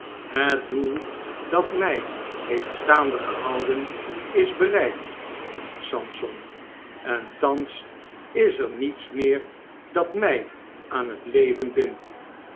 het doel dat my heeft staande gehouden is bereikt sampson en thans is er niets meer dat my aan het leven bindt